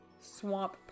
swamp